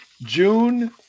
June